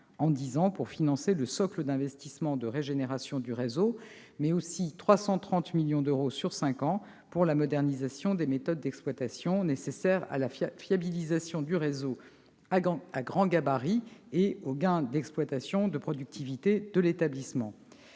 en dix ans, pour financer le socle d'investissement de régénération du réseau, mais aussi un montant de 330 millions d'euros sur cinq ans pour la modernisation des méthodes d'exploitation, nécessaire à la fiabilisation du réseau à grand gabarit et aux gains d'exploitation de productivité de l'établissement.